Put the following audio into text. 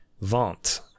Vent